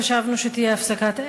חשבנו שתהיה הפסקת אש,